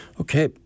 Okay